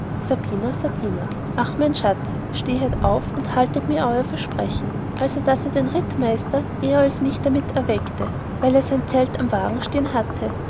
ach mein schatz stehet auf und haltet mir euer versprechen also daß er den rittmeister eher als mich damit erweckte weil er sein zelt am wagen stehen hatte